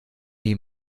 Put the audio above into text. die